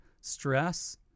stress